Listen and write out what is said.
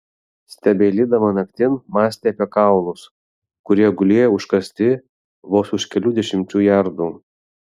stebeilydama naktin mąstė apie kaulus kurie gulėjo užkasti vos už kelių dešimčių jardų